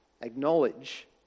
acknowledge